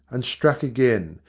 and struck again,